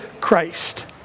Christ